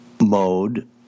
mode